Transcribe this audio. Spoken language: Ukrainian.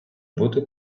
бути